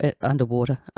underwater